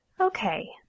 Okay